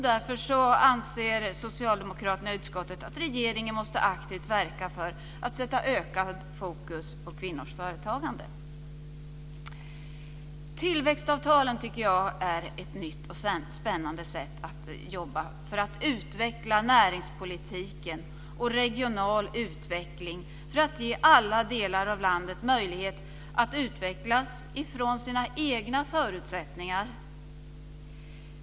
Därför anser socialdemokraterna i utskottet att regeringen aktivt måste verka för att sätta ökat fokus på kvinnors företagande. Jag tycker att tillväxtavtalen är ett nytt och spännande sätt att jobba på för att utveckla näringspolitiken och främja regional utveckling. Detta ger alla delar av landet möjlighet att utvecklas utifrån sina egna förutsättningar.